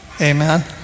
Amen